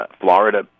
Florida